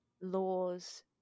laws